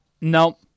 Nope